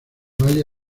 valle